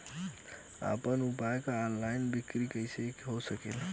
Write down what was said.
आपन उपज क ऑनलाइन बिक्री कइसे हो सकेला?